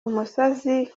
umusozi